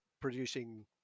producing